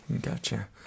Gotcha